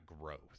growth